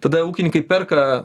tada ūkininkai perka